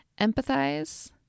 Empathize